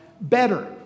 better